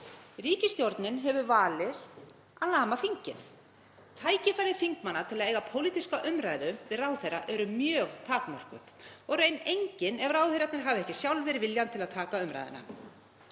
Ríkisstjórnin hefur valið að lama þingið. Tækifæri þingmanna til að eiga pólitíska umræðu við ráðherra eru mjög takmörkuð og í raun engin ef ráðherrarnir hafa sjálfir ekki viljann til að taka umræðuna.